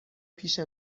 پیش